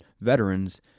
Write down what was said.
veterans